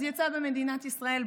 אז יצא במדינת ישראל,